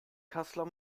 kassler